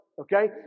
okay